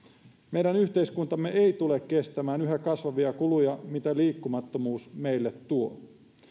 meidän yhteiskuntamme ei tule kestämään niitä yhä kasvavia kuluja mitä liikkumattomuus meille tuo